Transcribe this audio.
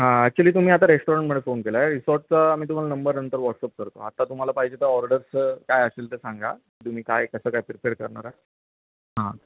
हां ॲक्च्युली तुम्ही आता रेस्टॉरंटमध्ये फोन केला आहे रिसॉर्टचा आम्ही तुम्हाला नंबर नंतर व्हॉट्सअप करतो आता तुम्हाला पाहिजे तर ऑर्डर्स काय असेल तर सांगा तुम्ही काय कसं काय प्रिपेर करणार आहे हां